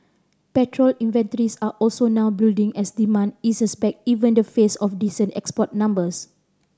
petrol inventories are also now building as demand eases back even in the face of decent export numbers